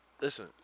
Listen